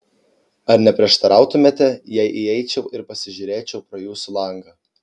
ar neprieštarautumėte jei įeičiau ir pasižiūrėčiau pro jūsų langą